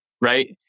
right